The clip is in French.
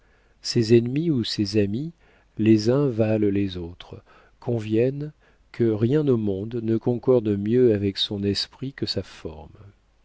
ses ennemis ou ses amis les uns valent les autres conviennent que rien au monde ne concorde mieux avec son esprit que sa forme